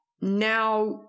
Now